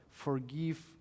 forgive